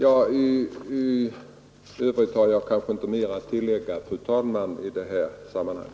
I övrigt har jag, fru talman, inte mera att tillägga i detta sammanhang.